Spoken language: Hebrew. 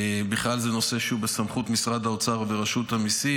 זה נושא שהוא בכלל בסמכות משרד האוצר ורשות המיסים.